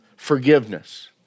forgiveness